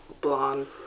blonde